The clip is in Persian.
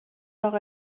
اقا